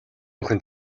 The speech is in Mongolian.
охин